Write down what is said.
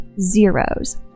zeros